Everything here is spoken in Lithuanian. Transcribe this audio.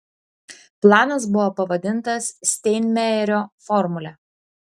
planas buvo pavadintas steinmeierio formule